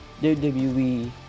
WWE